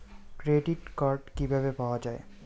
Credit card কিভাবে পাওয়া য়ায়?